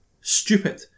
stupid